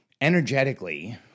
Energetically